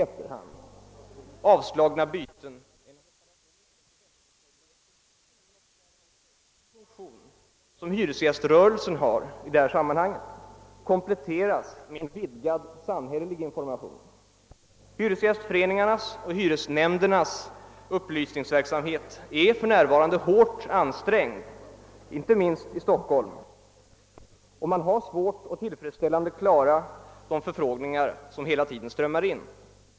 Det är angeläget att den viktiga funktion som hyresgäströrelsen har i detta sammanhang kompletteras med en vidgad samhällelig information. Hyresgästföreningarnas och hyresnämndernas upplysningsverksamhet är för närvarande hårt ansträngd, inte minst i Stockholm, och man har svårt att tillfredsställande klara de förfrågningar som hela tiden strömmar in.